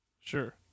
Sure